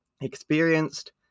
experienced